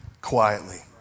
quietly